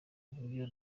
uburyo